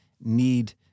need